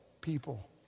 people